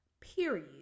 Period